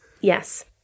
Yes